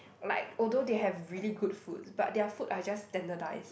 like although they have really good foods but their food are just standardised